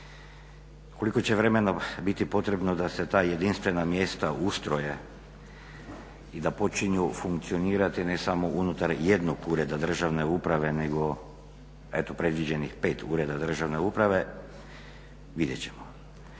Koliko će vremena biti potrebno da se ta jedinstvena mjesta ustroje i da počinju funkcionirati ne samo unutar jednog ureda državne uprave nego predviđenih pet ureda državne uprave, vidjet ćemo.